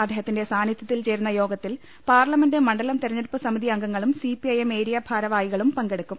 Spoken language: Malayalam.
അദ്ദേ ഹത്തിന്റെ സാന്നിധൃത്തിൽ ചേരുന്ന യോഗത്തിൽ പാർല്മെന്റ് മണ്ഡലം തെരഞ്ഞെടുപ്പ് സമിതി അംഗങ്ങളും സിപിഐഎം ഏരിയ ഭാർവാഹികളും പങ്കെടുക്കും